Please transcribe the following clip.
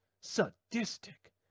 Sadistic